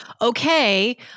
okay